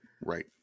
Right